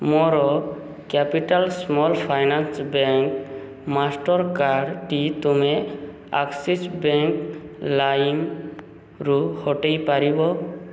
ମୋର capital small finance bank ମାଷ୍ଟର୍କାର୍ଡ଼ଟି ତୁମେ ଆକ୍ସିସ୍ ବ୍ୟାଙ୍କ ଲାଇମ୍ରୁ ହଟାଇ ପାରିବ